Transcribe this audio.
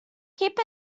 keep